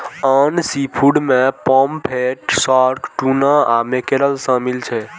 आन सीफूड मे pomfret, shark, tuna आ मैकेरल शामिल छै